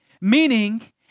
meaning